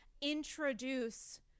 introduce